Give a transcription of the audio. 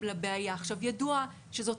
אם יורשה לי, אני אשלים את